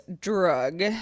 drug